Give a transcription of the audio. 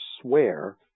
swear